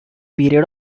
period